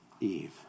eve